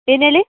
ಏನು ಹೇಳಿ